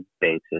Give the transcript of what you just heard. basis